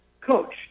coach